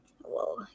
Whoa